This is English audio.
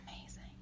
amazing